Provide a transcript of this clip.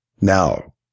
Now